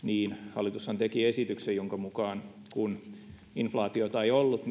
hallitushan teki esityksen jonka mukaan kun inflaatiota ei ollut